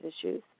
issues